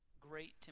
great